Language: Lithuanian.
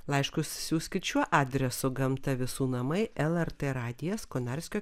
laiškus siųskit šiuo adresu gamta visų namai lrt radijas konarskio